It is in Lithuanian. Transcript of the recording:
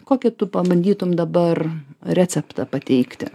kokį tu pabandytum dabar receptą pateikti